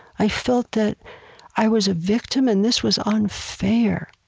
i felt that i was a victim and this was unfair.